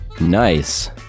Nice